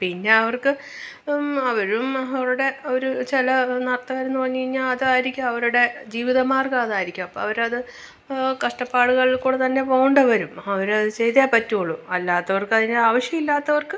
പിന്നെ അവർക്ക് അവരും അവരുടെ ഒരു ചില നർത്തകരെന്ന് പറഞ്ഞ് കഴിഞ്ഞാൽ അതായിരിക്കും അവരുടെ ജീവിത മാർഗ്ഗം അതായിരിക്കും അപ്പോൾ അവരത് കഷ്ടപ്പാടുകൾ കൂടെ തന്നെ പോകേണ്ട വരും അവരത് ചെയ്തേ പറ്റുകയുള്ളു അല്ലാത്തവർക്കതിന് ആവശ്യം ഇല്ലാത്തവർക്ക്